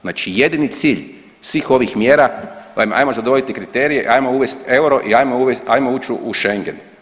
Znači jedini cilj svih ovih mjera, hajmo zadovoljiti kriterije, hajmo uvesti euro i hajmo ući u Schengen.